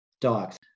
Dogs